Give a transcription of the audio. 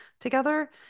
together